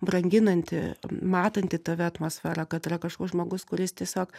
branginanti matanti tave atmosfera kad yra kažkoks žmogus kuris tiesiog